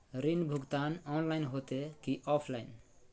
ऋण भुगतान ऑनलाइन होते की ऑफलाइन?